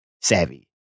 savvy